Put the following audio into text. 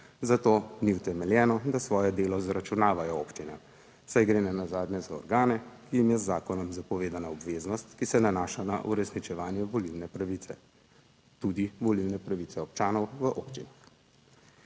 zato ni utemeljeno, da svoje delo zaračunavajo občine, saj gre nenazadnje za organe, ki jim je z zakonom zapovedana obveznost, ki se nanaša na uresničevanje volilne pravice, tudi volilne pravice občanov v občinah.